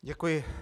Děkuji.